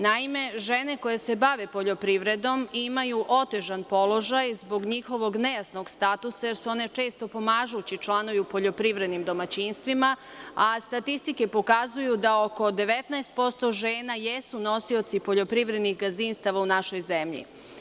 Naime, žene koje se bave poljoprivredom imaju otežan položaj zbog njihovog nejasnog statusa, jer su one često pomažući članovi u poljoprivrednim domaćinstvima, a statistike pokazuju da oko 19% žena jesu nosioci poljoprivrednih gazdinstava u našoj zemlji.